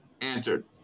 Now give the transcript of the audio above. answered